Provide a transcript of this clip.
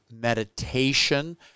meditation